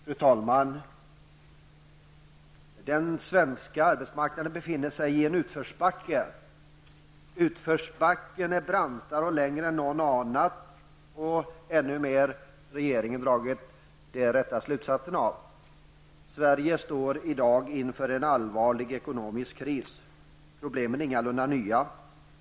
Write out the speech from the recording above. Fru talman! Den svenska arbetsmarknaden befinner sig i en utförsbacke. Utförsbacken är brantare och längre än någon anat, och ännu mindre har regeringen dragit rätta slutsatser av det som händer. Sverige står i dag inför en allvarlig ekonomisk kris. Problemen är ingalunda nya.